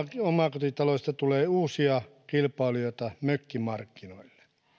omakotitaloista tulee uusia kilpailijoita mökkimarkkinoille